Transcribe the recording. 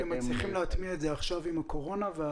אתם מצליחים להטמיע את זה עכשיו עם הקורונה?